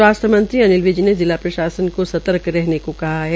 स्वास्थ्य मंत्री अनिल विज ने जिला प्रशासन को सर्तक रहने को कहा है